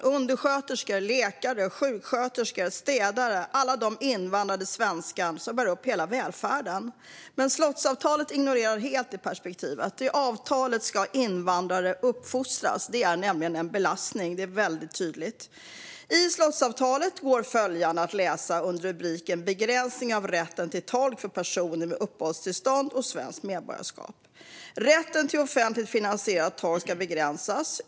Det är undersköterskor, läkare, sjuksköterskor och städare - alla de invandrade svenskar som bär upp hela välfärden. Men slottsavtalet ignorerar helt det perspektivet. Enligt avtalet ska invandrare uppfostras. Det är mycket tydligt att de är en belastning. I slottsavtalet kan följande läsas under rubriken "Begränsning av rätten till tolk för personer med uppehållstillstånd och svenskt medborgarskap": "Rätten till offentligt finansierad tolk ska begränsas.